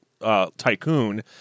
tycoon